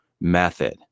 method